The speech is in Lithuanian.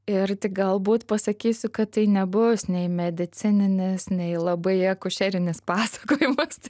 ir tik galbūt pasakysiu kad tai nebu nei medicininis nei labai akušerinis pasakojimas